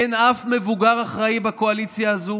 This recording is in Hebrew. אין אף מבוגר אחראי בקואליציה הזאת